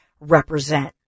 represent